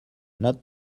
not